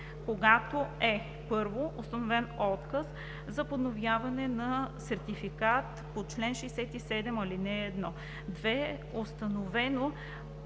когато е: 1. постановен отказ за подновяване на сертификат по чл. 67, ал. 1; 2. преустановено